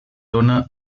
dóna